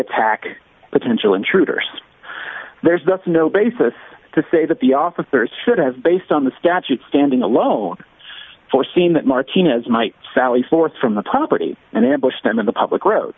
attack potential intruders there's thus no basis to say that the officers should have based on the statute standing alone foreseen that martinez might sally forth from the top ready and ambush them in the public road